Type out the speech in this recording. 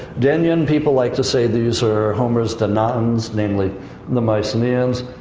yeah and and people like to say these are homer's danaans, namely the mycenaeans.